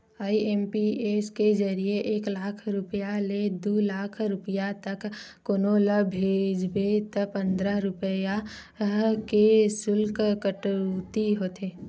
IMPS के जरिए एक लाख रूपिया ले दू लाख रूपिया तक कोनो ल भेजबे त पंद्रह रूपिया के सुल्क कटउती होथे